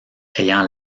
ayant